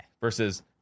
versus